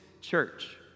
church